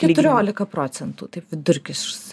keturiolika procentų vidurkis